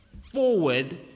forward